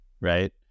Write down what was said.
right